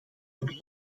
het